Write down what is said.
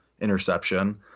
interception